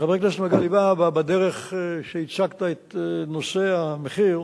חבר הכנסת מגלי והבה, בדרך שהצגת את נושא המחיר,